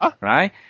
right